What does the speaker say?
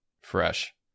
fresh